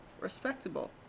Respectable